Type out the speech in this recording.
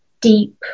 Deep